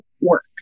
work